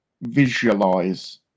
visualize